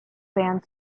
band